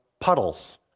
Puddles